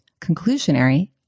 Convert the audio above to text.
conclusionary